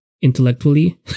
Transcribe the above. intellectually